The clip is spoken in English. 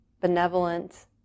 benevolent